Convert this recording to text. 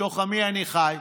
בתוך עמי אני חי: